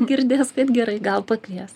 girdės kad gerai gal pakvies